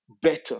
better